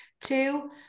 Two